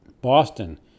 Boston